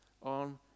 on